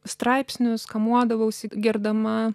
straipsnius kamuodavausi gerdama